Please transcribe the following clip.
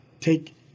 take